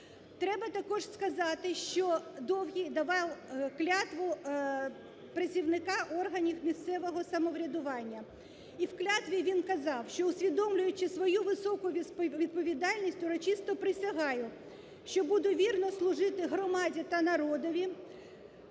Треба також сказати, що Довгий давав клятву працівника органів місцевого самоврядування. І в клятві він казав, що усвідомлюючи свою високу відповідальність, урочисто присягаю, що буду вірно служити громаді та народові,